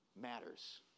matters